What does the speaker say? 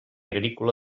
agrícola